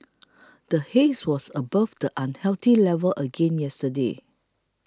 the haze was above the unhealthy level again yesterday